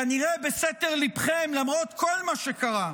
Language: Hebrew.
כנראה, בסתר ליבכם, למרות כל מה שקרה,